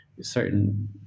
certain